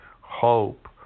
hope